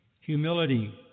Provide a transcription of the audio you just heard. humility